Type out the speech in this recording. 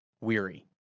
weary